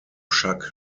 chuck